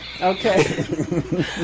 okay